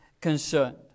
concerned